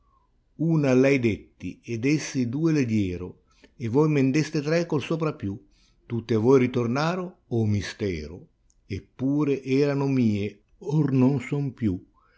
una a lei dètti ed essi due le diro e voi men deste tre col sopra più tutte a voi ritornarono oh mistero eppure erano mie or nol son più